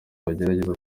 bagerageza